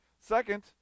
Second